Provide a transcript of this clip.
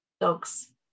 dogs